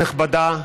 נכבדה,